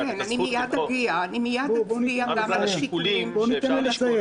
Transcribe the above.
מה השיקולים שאפשר לשקול?